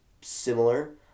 similar